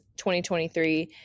2023